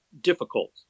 difficult